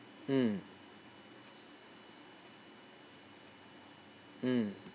mm mm